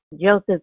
Joseph